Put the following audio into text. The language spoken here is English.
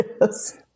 Yes